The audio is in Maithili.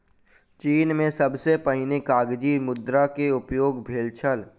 चीन में सबसे पहिने कागज़ी मुद्रा के उपयोग भेल छल